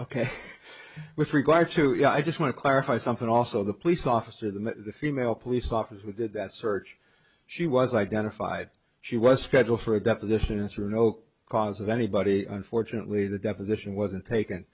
ok with regard to you know i just want to clarify something also the police officer the female police officer did that search she was identified she was scheduled for a deposition answer no cause of anybody unfortunately the deposition wasn't taken